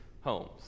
homes